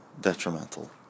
detrimental